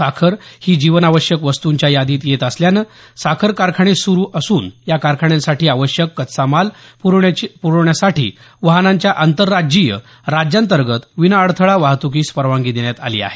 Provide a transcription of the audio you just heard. साखर ही जीवनावश्यक वस्तंच्या यादीत येत असल्यानं साखर कारखाने सुरू असून या कारखान्यांसाठी आवश्यक कच्चा माल प्रवण्यासाठी वाहनांच्या आंतरराज्यीय राज्यांतर्गत विनाअडथळा वाहतुकीस परवानगी देण्यात आली आहे